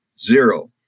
Zero